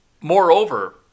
moreover